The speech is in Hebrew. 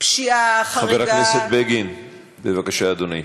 חבר הכנסת בגין, בבקשה, אדוני.